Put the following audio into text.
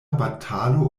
batalo